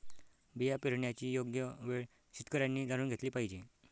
बिया पेरण्याची योग्य वेळ शेतकऱ्यांनी जाणून घेतली पाहिजे